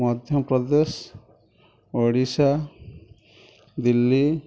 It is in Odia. ମଧ୍ୟ ପ୍ରଦେଶ ଓଡ଼ିଶା ଦିଲ୍ଲୀ